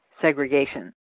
segregation